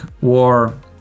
war